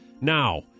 Now